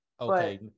Okay